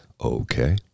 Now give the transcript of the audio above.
Okay